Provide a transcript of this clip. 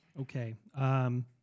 Okay